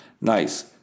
nice